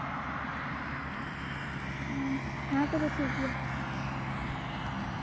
ᱦᱮᱸ ᱦᱮᱸ ᱛᱚᱵᱮ ᱴᱷᱤᱠ ᱜᱮᱭᱟ